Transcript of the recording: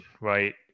right